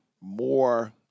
more